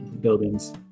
buildings